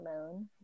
alone